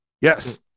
Yes